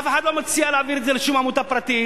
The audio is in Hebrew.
אף אחד לא מציע להעביר את זה לשום עמותה פרטית.